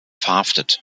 verhaftet